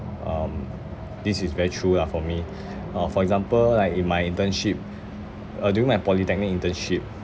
um this is very true lah for me uh for example like in my internship uh during my polytechnic internship